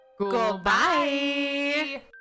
Goodbye